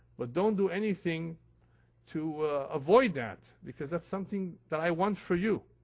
but don't do anything to avoid that, because that's something that i want for you.